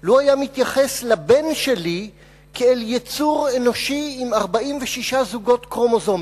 לו התייחס לבן שלי כאל יצור אנושי עם 46 זוגות כרומוזומים.